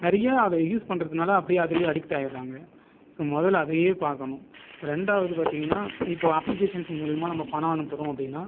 நிறைய அதை யூஸ் பண்ணுறதுனால அப்படியே அதுலேயே அடிக்ட் ஆகிவிடுறாங்க ஸோ முதல்ல அதையே பார்க்கணும் ரெண்டாவது பார்த்தீங்கனா இப்போது அப்ளிகேஷன்ஸ் மூலிமா நம்ம பணம் அனுப்புகிறோம் அப்படினா